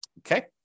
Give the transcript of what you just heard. okay